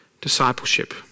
discipleship